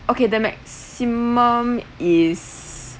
okay the maximum is